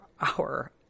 hour